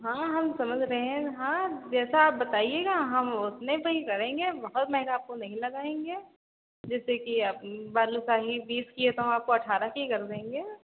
हाँ हम समझ रहे हैं हाँ जैसा आप बताइएगा हम उतने पर ही करेंगे बहुत महंगा आपको नहीं लगाएंगे जैसे कि आप बालूशाही बीस की है तो हम आपको अट्ठारह की कर देंगे